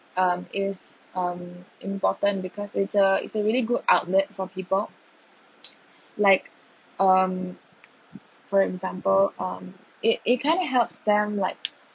um is um important because it's a it's a really good outlet for people like um for example um it it kind of helps them like